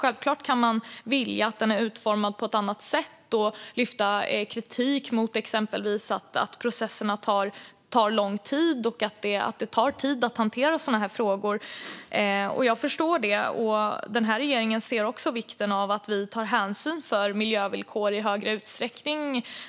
Självklart kan man vilja att processen utformas på ett annat sätt och kritisera exempelvis att processerna tar lång tid och att det tar tid att hantera sådana här frågor. Jag förstår det, och regeringen inser vikten av att ta hänsyn till miljövillkor i större utsträckning.